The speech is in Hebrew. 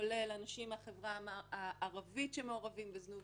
כולל אנשים מהחברה הערבית שמעורבים בזנות,